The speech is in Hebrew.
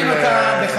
שולי, תקשיבי.